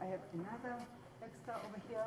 אני בתוך העניינים ואני ממש לא נגד אנשי משרד החוץ,